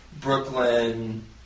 Brooklyn